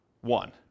one